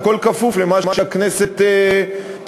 הכול כפוף למה שהכנסת תאשר.